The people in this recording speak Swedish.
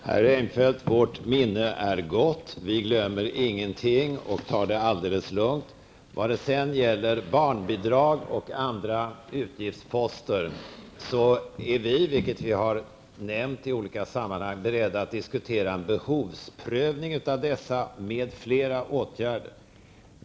Herr talman! Herr Reinfeldt, vårt minne är gott. Vi glömmer ingenting och tar det alldeles lugnt. Vad gäller barnbidrag och andra utgiftsposter är vi, vilket vi har nämnt i olika sammanhang, beredda att diskutera en behovsprövning av dessa m.fl. åtgärder.